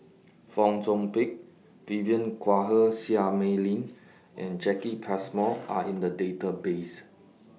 Fong Chong Pik Vivien Quahe Seah Mei Lin and Jacki Passmore Are in The Database